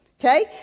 Okay